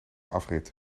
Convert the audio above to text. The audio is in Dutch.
afrit